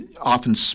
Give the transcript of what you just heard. often